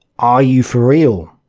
are you for real?